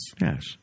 Yes